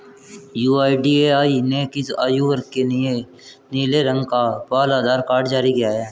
UIDAI ने किस आयु वर्ग के लिए नीले रंग का बाल आधार कार्ड जारी किया है?